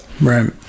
right